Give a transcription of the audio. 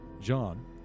John